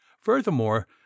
furthermore